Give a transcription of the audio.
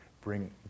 bring